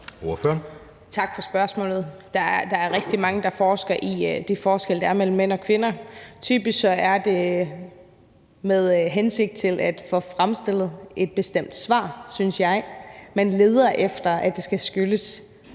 Tak for spørgsmålet. Der er rigtig mange, der forsker i de forskelle, der er mellem mænd og kvinder. Typisk er det med hensigt på at få fremstillet et bestemt svar, synes jeg. Man leder efter, at det skal skyldes